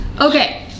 Okay